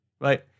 right